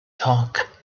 talk